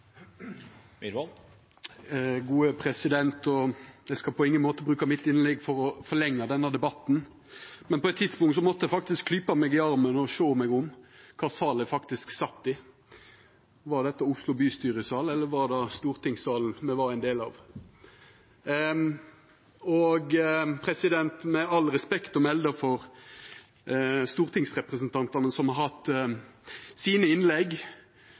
Eg skal på ingen måte bruka mitt innlegg til å forlengja denne debatten, men på eit tidspunkt måtte eg faktisk klypa meg i armen og sjå meg om for å sjå kva sal eg sat i. Var dette salen til Oslo bystyre, eller var det stortingsalen me var ein del av? Med all respekt for dei stortingsrepresentantane som har halde sine innlegg,